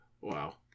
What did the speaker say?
wow